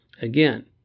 Again